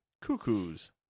Cuckoos